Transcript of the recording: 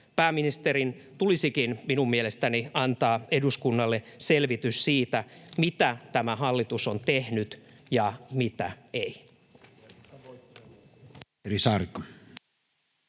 Pääministerin tulisikin minun mielestäni antaa eduskunnalle selvitys siitä, mitä tämä hallitus on tehnyt ja mitä ei.